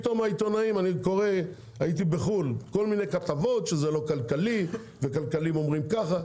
פתאום אני קורא כל מיני כתבות שזה לא כלכלי וכלכלנים אומרים ככה.